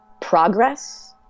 progress